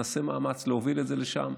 נעשה מאמץ להוריד את זה לשם.